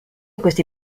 questi